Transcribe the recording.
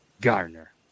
garner